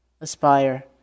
Aspire